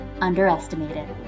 underestimated